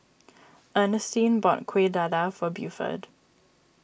Ernestine bought Kueh Dadar for Buford